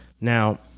now